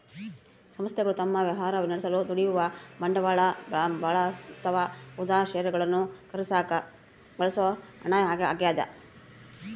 ಸಂಸ್ಥೆಗಳು ತಮ್ಮ ವ್ಯವಹಾರ ನಡೆಸಲು ದುಡಿಯುವ ಬಂಡವಾಳ ಬಳಸ್ತವ ಉದಾ ಷೇರುಗಳನ್ನು ಖರೀದಿಸಾಕ ಬಳಸೋ ಹಣ ಆಗ್ಯದ